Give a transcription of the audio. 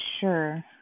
sure